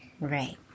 Right